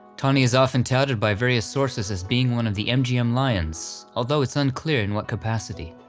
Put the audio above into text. tawny is often touted by various sources as being one of the mgm lions, although it's unclear in what capacity.